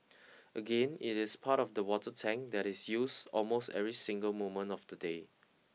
again it is part of the water tank that is used almost every single moment of the day